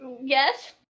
Yes